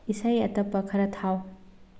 ꯑꯁꯩ ꯑꯇꯞꯄ ꯈꯔ ꯊꯥꯎ